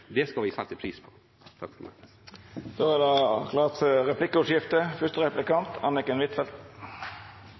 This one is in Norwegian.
det skal vi sette pris på. Det vert replikkordskifte.